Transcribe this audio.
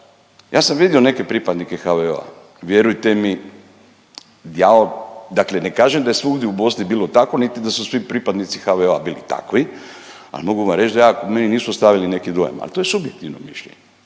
Ja sam vidio neke pripadnike HVO-a, vjerujte mi dakle ne kažem da je svugdje u Bosni bilo tako, niti da su svi pripadnici HVO-a bili takvi. Ali mogu vam reći da meni nisu ostavili neki dojam, ali to je subjektivno mišljenje,